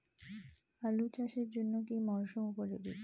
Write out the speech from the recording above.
আলু চাষের জন্য কি মরসুম উপযোগী?